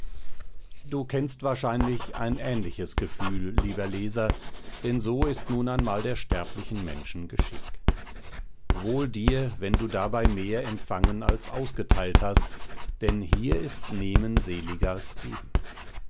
du kennst wahrscheinlich ein ähnliches gefühl lieber leser denn so ist nun einmal der sterblichen menschen geschick wohl dir wenn du dabei mehr empfangen als ausgeteilt hast denn hier ist nehmen seliger als geben